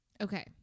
Okay